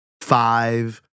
five